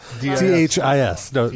T-H-I-S